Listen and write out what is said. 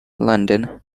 london